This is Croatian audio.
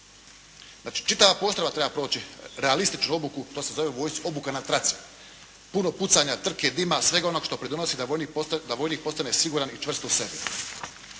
čitava postrojba treba proći realističnu obuku. To se zove u vojsci obuka na traci – puno pucanja, trke, dima, svega onog što pridonosi da vojnik postane siguran i čvrst u sebe.